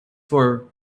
for